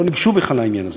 לא ניגשו בכלל לעניין הזה.